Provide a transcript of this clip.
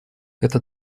это